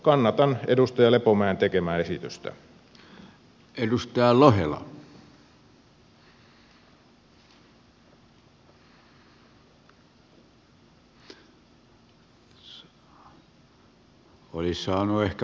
kannatan edustaja lepomäen tekemää esitystä